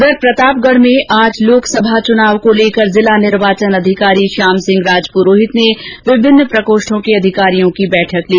उधर प्रतापगढ में आज लोकसभा चुनाव को लेकर जिला निर्वाचन अधिकारी श्यामसिंह राजप्रोहित ने विभिन्न प्रकोष्ठों के अधिकारियों की बैठक ली